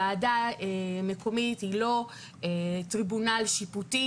ועדה מקומית היא לא טריבונל שיפוטי.